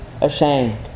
ashamed